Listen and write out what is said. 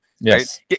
Yes